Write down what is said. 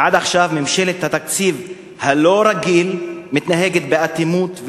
ועד עכשיו ממשלת התקציב הלא-רגיל מתנהגת באטימות,